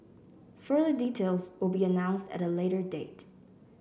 further details will be announced at a later date